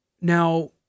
Now